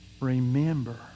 Remember